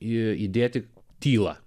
įdėti tylą